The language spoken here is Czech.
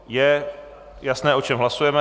Je jasné, o čem hlasujeme?